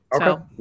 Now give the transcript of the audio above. Okay